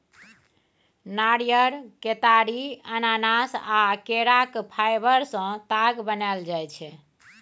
नारियर, केतारी, अनानास आ केराक फाइबर सँ ताग बनाएल जाइ छै